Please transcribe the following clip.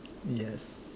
yes